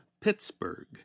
Pittsburgh